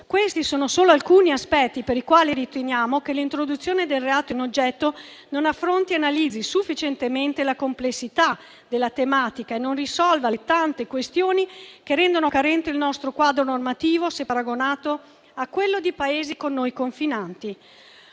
Questi sono solo alcuni aspetti per i quali riteniamo che l'introduzione del reato in oggetto non affronti ed analizzi sufficientemente la complessità della tematica e non risolva le tante questioni che rendono carente il nostro quadro normativo, se paragonato a quello di Paesi con noi confinanti.